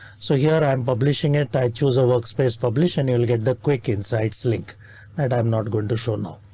so here i'm publishing it. i choose a workspace, publish and you'll get the quick insights link that i'm not going to show now.